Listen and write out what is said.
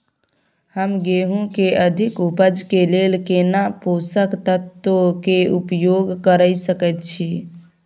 हम गेहूं के अधिक उपज के लेल केना पोषक तत्व के उपयोग करय सकेत छी?